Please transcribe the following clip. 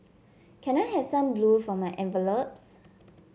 can I have some glue for my envelopes